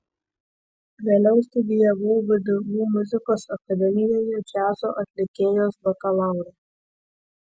vėliau studijavau vdu muzikos akademijoje džiazo atlikėjos bakalaurą